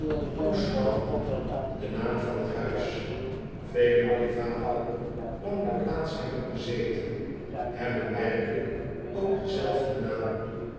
hoesnaome den naam van hun huis elen wier vaderen lang de plaats hebben bezeten hebben werkelijk ook denzelfden naam